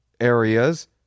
areas